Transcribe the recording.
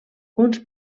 uns